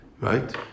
Right